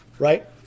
right